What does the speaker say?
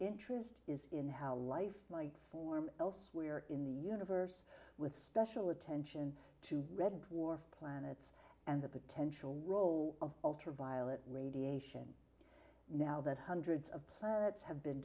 interest is in how a life form elsewhere in the universe with special attention to read worf planets and the potential role of ultraviolet radiation now that hundreds of planets have been